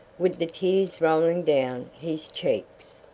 with the tears rolling down his cheeks.